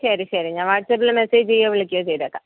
ശരി ശരി ഞാൻ വാട്സപ്പിൽ മെസ്സേജ് ചെയ്യുകയോ വിളിക്കുകയോ ചെയ്തേക്കാം